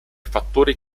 fattori